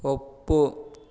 ಒಪ್ಪು